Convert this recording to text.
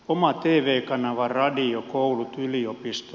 oma tv kanava radio koulut yliopistot